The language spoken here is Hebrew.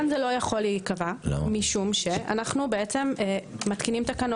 זה פה לא יכול להיקבע כי אנו מתקינים תקנות.